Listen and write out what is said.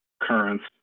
currents